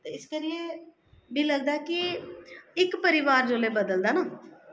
ते इस करियै मी लगदा कि इक परिवार जौल्ले बदलदा ना